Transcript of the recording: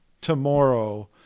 tomorrow